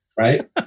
Right